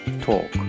talk